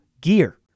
gear